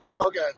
Okay